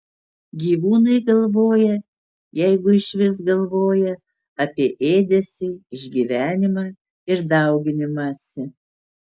gyvūnai galvoja jeigu išvis galvoja apie ėdesį išgyvenimą ir dauginimąsi